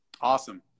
Awesome